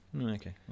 Okay